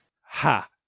ha